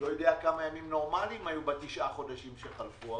לא יודע כמה ימים נורמליים היו בתשעת החודשים שחלפו,